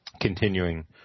Continuing